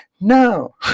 No